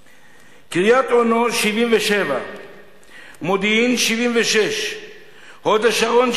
קריית-אונו, 77%; מודיעין, 76%; הוד-השרון,